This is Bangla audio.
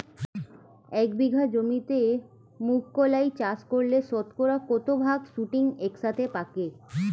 এক বিঘা জমিতে মুঘ কলাই চাষ করলে শতকরা কত ভাগ শুটিং একসাথে পাকে?